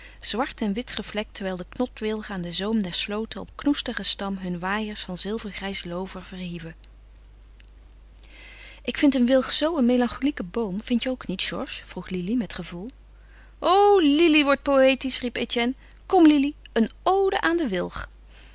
zwart en wit gevlekt terwijl de knotwilgen aan den zoom der slooten op knoestigen stam hun waaiers van zilvergrijs loover verhieven ik vind een wilg zoo een melancholieke boom vindt je ook niet georges vroeg lili met gevoel o lili wordt poëtisch riep etienne kom lili een ode aan den wilg